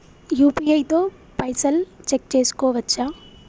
UPI తో పైసల్ check చేసుకోవచ్చా?